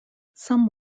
some